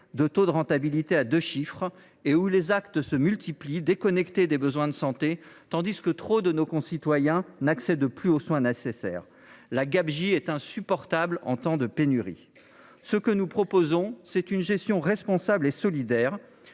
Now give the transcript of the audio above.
des taux de rentabilité à deux chiffres et où les actes se multiplient, déconnectés des besoins de santé, quand par ailleurs trop de nos concitoyens n’accèdent plus aux soins nécessaires. La gabegie est insupportable en temps de pénurie. Nous proposons une gestion responsable et solidaire,